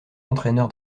entraîneur